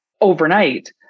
overnight